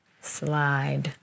slide